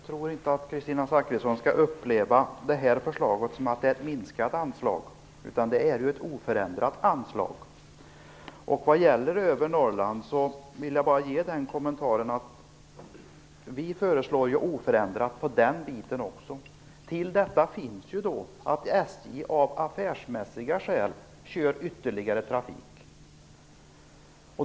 Fru talman! Kristina Zakrisson skall inte betrakta detta förslag som ett minskat anslag. Det är ett oförändrat anslag. Vad gäller övre Norrland vill jag säga att vi föreslår oförändrat anslag även där. Till detta kommer att SJ av affärsmässiga skäl kör ytterligare trafik.